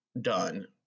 done